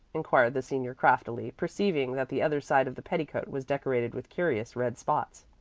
inquired the senior craftily, perceiving that the other side of the petticoat was decorated with curious red spots.